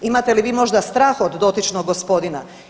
Imate li vi možda strah od dotičnog gospodina?